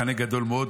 מחנה גדול מאוד,